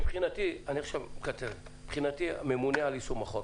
מבחינתי אתה הממונה על יישום החוק.